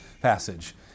passage